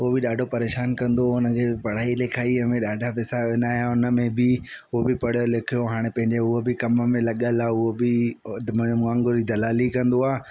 उहो बि ॾाढो परेशान कंदो हुओ उन खे पढ़ाई लिखाईअ में ॾाढा पेसा विञाया हुन में बि उहो भि पढ़ियो लिखियो हाणे पंहिंजे उहो बि कम में लॻियलु आहे उहो बि वधि मूं वांगुरु ई दलाली कंदो आहे